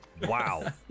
Wow